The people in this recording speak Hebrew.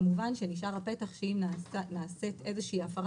כמובן שנשאר הפתח שאם נעשית איזושהי הפרה